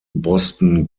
boston